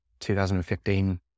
2015